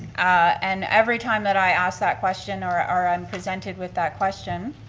and every time that i ask that question or i'm presented with that question,